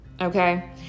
Okay